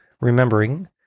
remembering